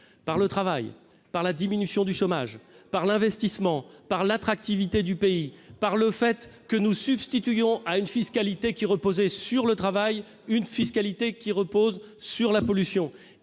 par le travail, par la diminution du chômage, par l'investissement, par l'attractivité du pays et en substituant à une fiscalité qui reposait sur le travail une fiscalité qui repose sur la pollution.